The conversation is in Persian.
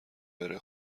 بره